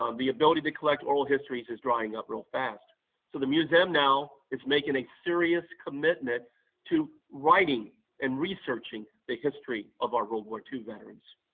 um the ability to collect oral history's is drying up real fast, so the museum now is making a serious commitment to writing and researching the history of our world war ii veterans.